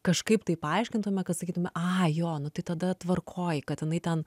kažkaip tai paaiškintume kad sakytume a jo nu tai tada tvarkoj kad jinai ten